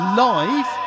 live